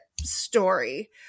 story